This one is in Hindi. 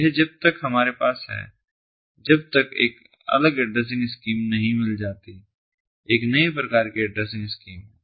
यह जब तक हमारे पास है जब तक एक अलग ऐड्रेसिंग स्कीम नहीं मिल जाती एक नए प्रकार की एड्रेसिंग स्कीम है